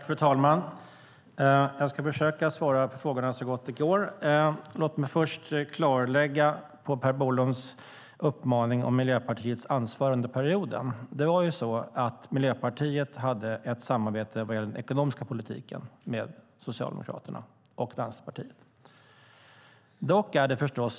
Fru talman! Jag ska försöka svara på frågorna så gott det går. Låt mig först, på Per Bolunds uppmaning, komma med ett klarläggande beträffande Miljöpartiets ansvar under perioden. Miljöpartiet hade ett samarbete med Socialdemokraterna och Vänsterpartiet vad gäller den ekonomiska politiken.